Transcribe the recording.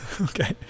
Okay